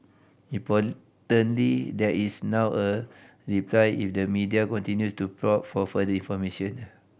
importantly there is now a reply if the media continues to probe for further information